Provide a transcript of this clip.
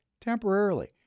Temporarily